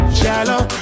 shallow